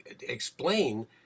explain